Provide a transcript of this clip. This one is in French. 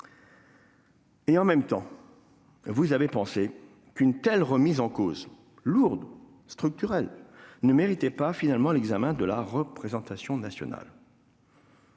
Et en même temps, vous avez pensé que cette remise en cause lourde et structurelle ne méritait pas l'examen de la représentation nationale !